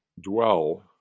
dwell